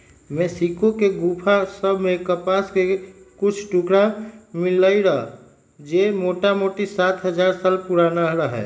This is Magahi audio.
मेक्सिको के गोफा सभ में कपास के कुछ टुकरा मिललइ र जे मोटामोटी सात हजार साल पुरान रहै